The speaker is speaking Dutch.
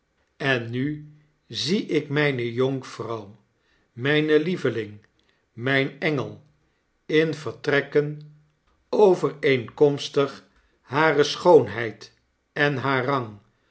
frankrijkien nu zie ik mijne jonkvrouw mijne lieveling mrjn engel in vertrekken overeenkomstig hareschoonheid en haar rang